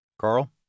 Carl